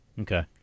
Okay